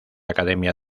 academia